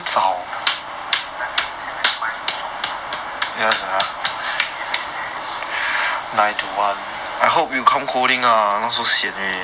but if you are if your timing same as mine can relax eh